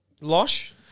Losh